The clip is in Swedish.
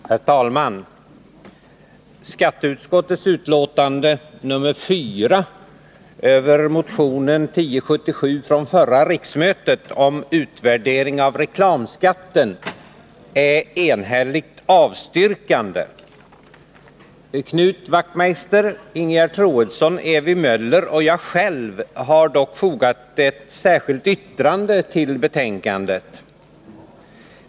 Herr talman! Skatteutskottets betänkande 1980/81:4 över motionen 1077 från förra riksmötet, om utvärdering av reklamskatten, är ett enhälligt avstyrkande. Knut Wachtmeister, Ingegerd Troedsson, Ewy Möller och jag själv har dock fogat ett särskilt yttrande till betänkandet.